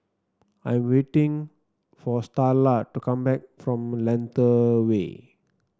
I am waiting for Starla to come back from Lentor Way